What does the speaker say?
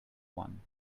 one